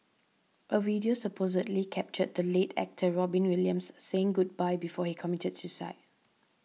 a video supposedly captured the late actor Robin Williams saying goodbye before he committed suicide